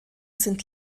sind